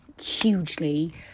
hugely